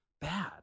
bad